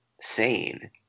sane